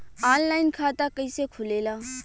Online खाता कइसे खुलेला?